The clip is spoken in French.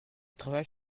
travaille